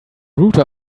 router